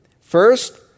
first